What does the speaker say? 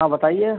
हाँ बताइए